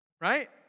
right